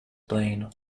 plain